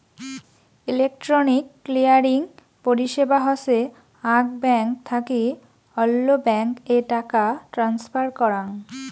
electronic clearing পরিষেবা হসে আক ব্যাঙ্ক থাকি অল্য ব্যাঙ্ক এ টাকা ট্রান্সফার করাঙ